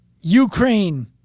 Ukraine